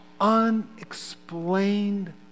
unexplained